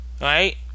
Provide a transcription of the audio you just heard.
Right